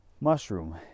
mushroom